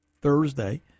Thursday